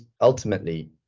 ultimately